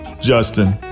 Justin